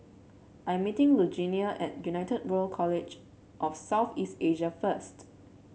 I'm meeting Lugenia at United World College of South East Asia first